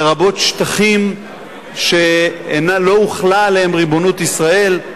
לרבות שטחים שלא הוחלה עליהם ריבונות ישראל.